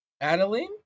Adeline